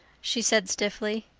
she said stiffly.